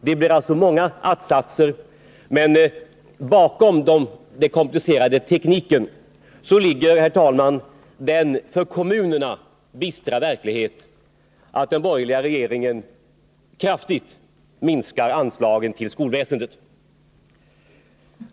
Det blir många att-satser, men bakom den komplicerade tekniken ligger, herr talman, den för kommunerna bistra verkligheten att den borgerliga regeringen kraftigt minskar anslagen till skolväsendet.